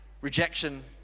rejection